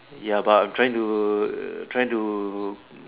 ya but I'm trying to trying to